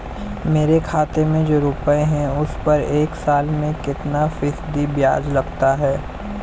मेरे खाते में जो रुपये हैं उस पर एक साल में कितना फ़ीसदी ब्याज लगता है?